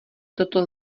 toto